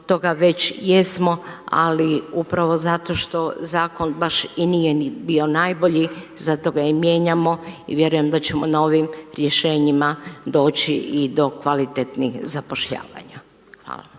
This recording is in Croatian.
toga već jesmo ali upravo zato što zakon baš i nije ni bio najbolji, zato ga i mijenjamo i vjerujem da ćemo novim rješenjima doći i do kvalitetnih zapošljavanja.